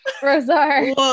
Rosar